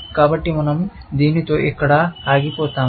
కాబట్టి మన০ దీనితో ఇక్కడ ఆగిపోతాము